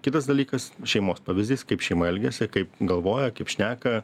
kitas dalykas šeimos pavyzdys kaip šeimoj elgiasi kaip galvoja kaip šneka